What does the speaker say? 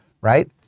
right